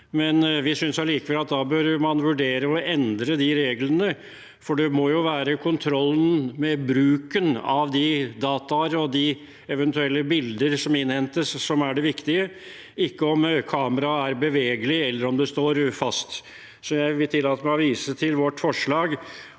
Vi synes allikevel at man da bør vurdere å endre de reglene, for det må jo være kontrollen med bruken av data og de eventuelle bildene som innhentes, som er det viktige, ikke om kameraet er bevegelig eller om det står fast. Jeg tillater meg å vise til vårt forslag,